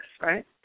right